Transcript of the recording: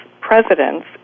President's